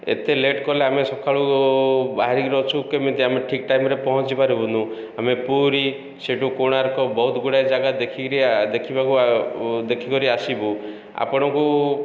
ଏତେ ଲେଟ୍ କଲେ ଆମେ ସକାଳୁ ବାହାରିକରି ଅଛୁ କେମିତି ଆମେ ଠିକ୍ ଟାଇମରେ ପହଞ୍ଚି ପାରିବୁନୁ ଆମେ ପୁରୀ ସେଇଠୁ କୋଣାର୍କ ବହୁତ ଗୁଡ଼ାଏ ଜାଗା ଦେଖିକରି ଦେଖିବାକୁ ଦେଖିକରି ଆସିବୁ ଆପଣଙ୍କୁ